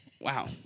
Wow